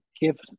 give